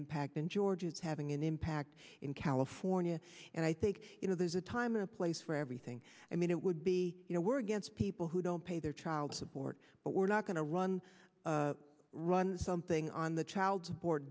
impact in georgia it's having an impact in california and i think you know there's a time and place for everything i mean it would be you know we're against people who don't pay their child support but we're not going to run run something on the child